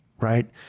right